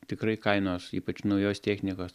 tikrai kainos ypač naujos technikos